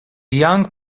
young